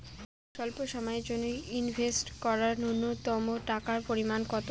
স্বল্প সময়ের জন্য ইনভেস্ট করার নূন্যতম টাকার পরিমাণ কত?